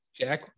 Jack